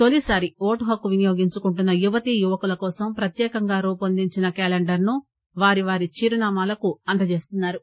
తొలిసారి ఓటు హక్కు వినియోగించుకుంటున్న యువతీ యువకుల కోసం ప్రత్యేకంగా రూపొందించిన క్యాలెండర్ ను వారి వారి చిరునామాలకు అందజేస్తున్నా రు